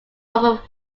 over